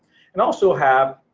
and also have